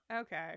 Okay